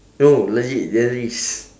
no legit there is